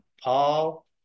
Paul